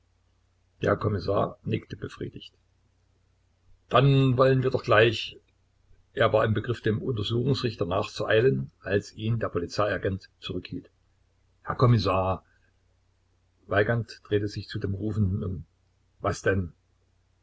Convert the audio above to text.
der kommissar nickte befriedigt dann wollen wir doch gleich er war im begriff dem untersuchungsrichter nachzueilen als ihn der polizeiagent zurückhielt herr kommissar weigand drehte sich zu dem rufenden um was denn